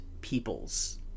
peoples